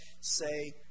say